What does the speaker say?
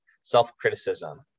self-criticism